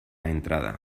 entrada